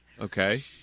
Okay